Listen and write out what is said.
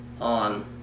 on